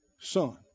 son